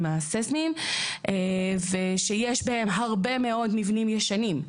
הססניים ושיש בהם הרבה מאוד מבנים ישנים.